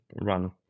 run